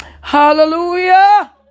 Hallelujah